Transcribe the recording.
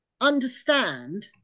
understand